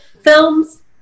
films